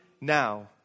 now